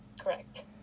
Correct